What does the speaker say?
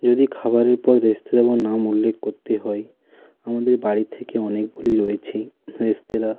যদি খাবারের পদ রেস্তোরাঁ এবং নাম উল্লেখ কোত্তে হয় আমাদের বাড়ি থেকে অনেকগুলি রয়েছে রেস্তেরাঁ